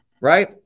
right